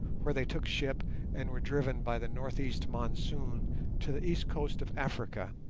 where they took ship and were driven by the north-east monsoon to the east coast of africa,